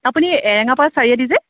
আপুনি এৰেঙাপাৰ চাৰিআলি যে